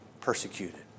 persecuted